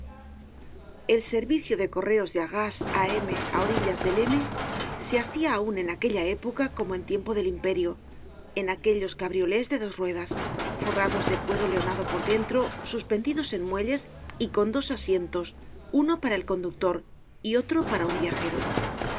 el servicio de correos de arras á m á orillas del m se hacia aun en aquella época como en tiempo del imperio en pequeños cabriolés de dos ruedas forrados de cuero leonado por dentro suspendidos en muelles y con dos asientos uno para el conductor y otro para un viajero las